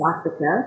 Africa